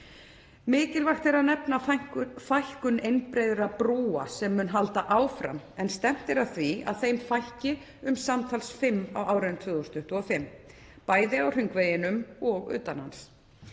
Mikilvægt er að nefna fækkun einbreiðra brúa sem mun halda áfram en stefnt er að því að þeim fækki um samtals fimm á árinu 2025, bæði á hringveginum og utan hans.